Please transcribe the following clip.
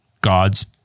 God's